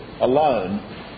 alone